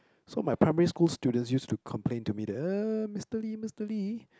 so my primary school students used to complain to me that uh Mister-Lee Mister-Lee